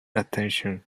attention